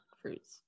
fruits